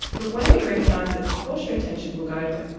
but when we recognise that of course your attention will go to it,